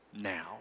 now